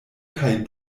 kaj